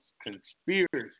Conspiracy